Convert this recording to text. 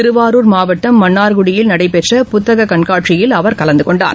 திருவாரூர் மாவட்டம் மன்னார்குடியில் நடைபெற்ற புத்தக கண்காட்சியில் அவர் கலந்து கொண்டார்